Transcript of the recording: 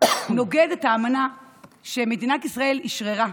נוגד את האמנה שמדינת ישראל אשררה,